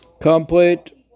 Complete